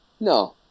No